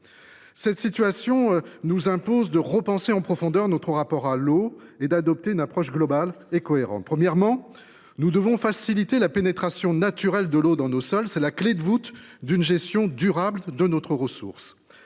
Cette situation nous impose de repenser en profondeur notre rapport à l’eau et d’adopter une approche globale et cohérente. Premièrement, nous devons faciliter la pénétration naturelle de l’eau dans nos sols. C’est la clé de voûte d’une gestion durable de notre ressource,